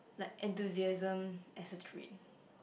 like enthusiasm as a trait